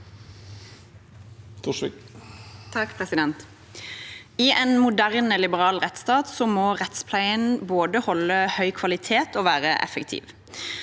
I en mo- derne liberal rettsstat må rettspleien både holde høy kvalitet og være effektiv.